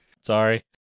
Sorry